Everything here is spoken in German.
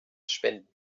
spenden